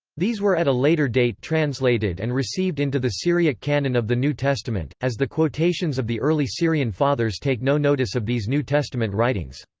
these were at a later date translated and received into the syriac canon of the new testament, as the quotations of the early syrian fathers take no notice of these new testament writings.